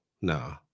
no